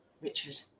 richard